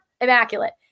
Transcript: immaculate